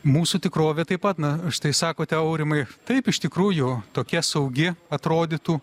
mūsų tikrovė taip pat na štai sakote aurimai taip iš tikrųjų tokia saugi atrodytų